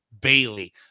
Bailey